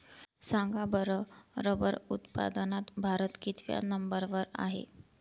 सांगा बरं रबर उत्पादनात भारत कितव्या नंबर वर आहे?